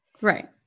Right